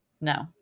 no